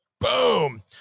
boom